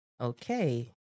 Okay